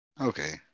Okay